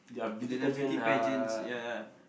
the the beauty pageants ya